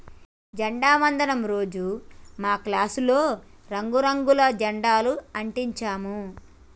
జెండా వందనం రోజు మా క్లాసులో రంగు రంగుల జెండాలు అంటించాము